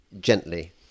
gently